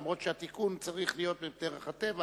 למרות שהתיקון צריך להיות מדרך הטבע